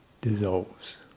dissolves